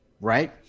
Right